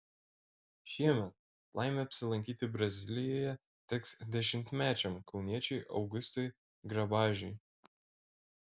šiemet laimė apsilankyti brazilijoje teks dešimtmečiam kauniečiui augustui grabažiui